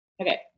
Okay